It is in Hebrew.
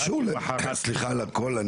סליחה על הקול,